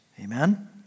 Amen